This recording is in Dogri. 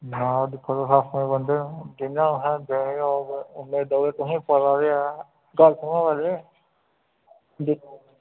ना दिक्खो तुस अपने बंदे ओ जियां तुसें देने न उन्ने देओ तुसें पता ते ऐ गल्ल सुनो हां पैह्लें